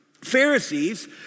Pharisees